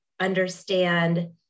understand